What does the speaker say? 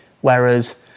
Whereas